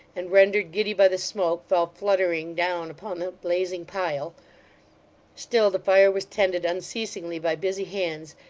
and rendered giddy by the smoke, fell fluttering down upon the blazing pile still the fire was tended unceasingly by busy hands,